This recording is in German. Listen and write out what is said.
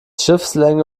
schiffslänge